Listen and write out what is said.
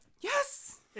Yes